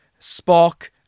spock